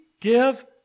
give